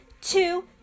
two